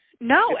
no